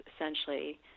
essentially